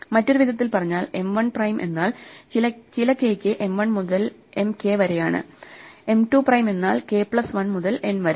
മറ്റൊരു വിധത്തിൽ പറഞ്ഞാൽ M 1 പ്രൈം എന്നാൽ ചില k യ്ക്ക് M 1 മുതൽ M k വരെയാണ് M 2 പ്രൈം എന്നാൽ k പ്ലസ് 1 മുതൽ n വരെ